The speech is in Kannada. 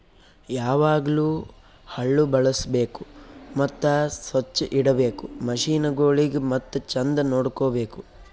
ಯಾವಾಗ್ಲೂ ಹಳ್ಳು ಬಳುಸ್ಬೇಕು ಮತ್ತ ಸೊಚ್ಚ್ ಇಡಬೇಕು ಮಷೀನಗೊಳಿಗ್ ಮತ್ತ ಚಂದ್ ನೋಡ್ಕೋ ಬೇಕು